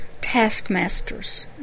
taskmasters